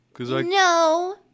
No